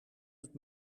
het